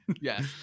Yes